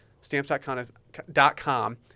Stamps.com